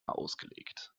ausgelegt